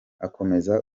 akomeza